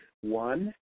One